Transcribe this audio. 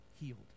healed